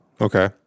Okay